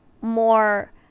More